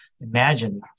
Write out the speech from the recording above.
imagine